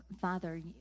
Father